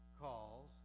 calls